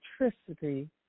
electricity